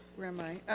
where am i,